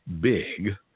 big